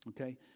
okay